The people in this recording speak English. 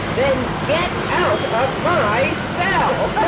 then get out of my cell